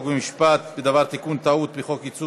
חוק ומשפט בדבר תיקון טעות בחוק ייצוג